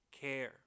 care